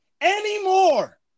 anymore